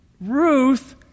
Ruth